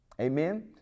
Amen